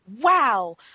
Wow